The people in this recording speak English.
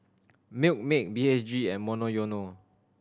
Milkmaid B H G and Monoyono